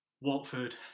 Watford